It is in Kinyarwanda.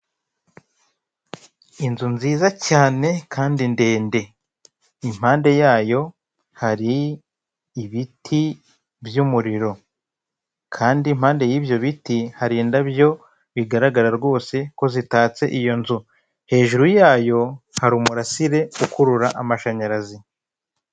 Inzu nziza cyane kandi ndende impande yayo hari ibiti by'umuriro kandi mpande y'ibyo biti hari indabyo bigaragara rwose ko zitatse iyo nzu hejuru yayo hari umurasire ukurura amashanyarazi.